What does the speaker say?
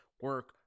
Work